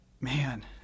man